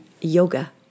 yoga